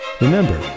Remember